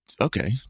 okay